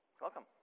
Welcome